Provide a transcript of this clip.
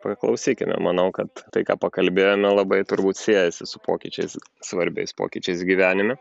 paklausykime manau kad tai ką pakalbėjome labai turbūt siejasi su pokyčiais svarbiais pokyčiais gyvenime